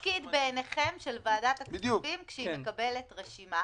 מה התפקיד בעיניכם של ועדת הכספים כשהיא מקבלת רשימה?